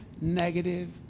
negative